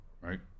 right